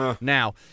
Now